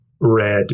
red